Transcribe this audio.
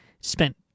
spent